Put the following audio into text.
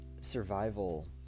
survival